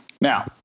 Now